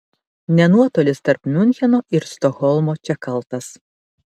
ne nuotolis tarp miuncheno ir stokholmo čia kaltas